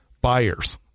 buyers